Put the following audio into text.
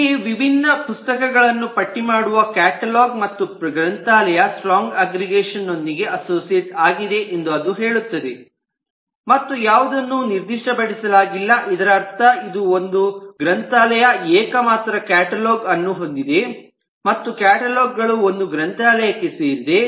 ಅಂತೆಯೇ ವಿಭಿನ್ನ ಪುಸ್ತಕಗಳನ್ನು ಪಟ್ಟಿ ಮಾಡುವ ಕ್ಯಾಟಲಾಗ್ ಮತ್ತು ಗ್ರಂಥಾಲಯು ಸ್ಟ್ರಾಂಗ್ ಅಗ್ರಿಗೇಷನ್ ನೊಂದಿಗೆ ಅಸೋಸಿಯೇಟ್ ಆಗಿದೆ ಎಂದು ಅದು ಹೇಳುತ್ತದೆ ಮತ್ತು ಯಾವುದನ್ನು ನಿರ್ದಿಷ್ಟಪಡಿಸಲಾಗಿಲ್ಲ ಇದರರ್ಥ ಇದು ಒಂದು ಒಂದು ಗ್ರಂಥಾಲಯವು ಏಕಮಾತ್ರ ಕ್ಯಾಟಲಾಗ್ ಅನ್ನು ಹೊಂದಿದೆ ಮತ್ತು ಕ್ಯಾಟಲಾಗ್ಗಳು ಒಂದು ಗ್ರಂಥಾಲಯಕ್ಕೆ ಸೇರಿದೆ